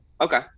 okay